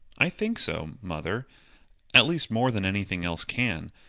i think so, mother at least more than anything else can.